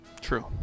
True